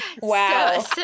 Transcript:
Wow